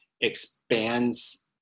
expands